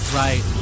right